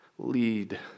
lead